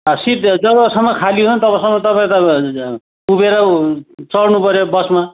अब सिट जबसम्म खाली हुँदैन तबसम्म तपाईँ त उभिएर चढ्नुपऱ्यो बसमा